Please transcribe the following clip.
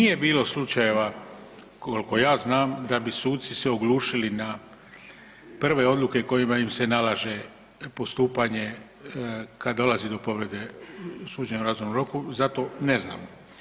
Nije bilo slučajeva, kolko ja znam, da bi suci se oglušili na prve odluke kojima im se nalaže postupanje kad dolazi do povrede suđenja u razumnom roku, za to ne znam.